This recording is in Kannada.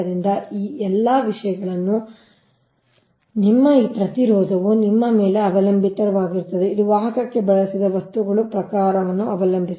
ಆದ್ದರಿಂದ ಈ ಎಲ್ಲಾ ವಿಷಯಗಳು ನಿಮ್ಮ ಈ ಪ್ರತಿರೋಧವು ನಿಮ್ಮ ಮೇಲೆ ಅವಲಂಬಿತವಾಗಿರುತ್ತದೆ ಇದು ವಾಹಕಕ್ಕೆ ಬಳಸಿದ ವಸ್ತುಗಳ ಪ್ರಕಾರವನ್ನು ಅವಲಂಬಿಸಿರುತ್ತದೆ